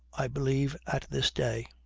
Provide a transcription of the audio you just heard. i believe, at this day.